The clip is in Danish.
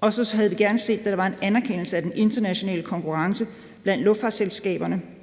og så havde vi gerne set, at der var en anerkendelse af den internationale konkurrence blandt luftfartsselskaberne,